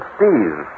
Steve